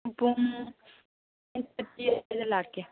ꯄꯨꯡ eight thirty ꯑꯗꯥꯏꯗ ꯂꯥꯛꯀꯦ